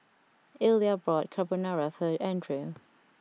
Illya bought Carbonara for Andrew